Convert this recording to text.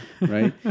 right